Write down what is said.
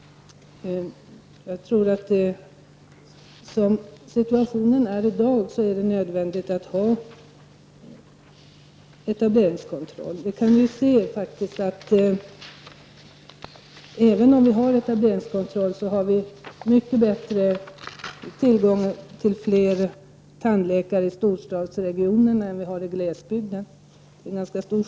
Som situationen är i dag tror jag att det är nödvändigt att ha en etableringskontroll. Trots att vi har en etableringskontroll är tillgången på tandläkare större i storstadsregionerna än i glesbygden. Skillnaden är faktiskt ganska stor.